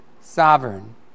sovereign